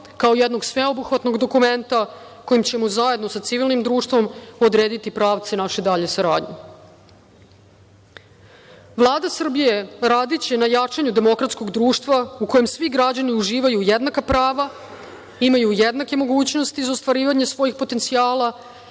kao jednog sveobuhvatnog dokumenta, kojim ćemo zajedno sa civilnim društvom odrediti pravce naše dalje saradnje. Vlada Srbije radiće na jačanju demokratskog društva u kojem svi građani uživaju jednaka prava, imaju jednake mogućnosti za ostvarivanje svojih potencijala